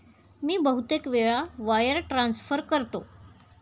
मी बहुतेक वेळा wire transfer करतो